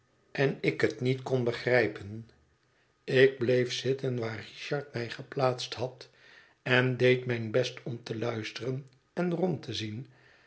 en ik het niet kon begrijpen ik bleef zitten waar richard mij geplaatst had en deed mijn best om te luisteren en rond te zien